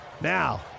now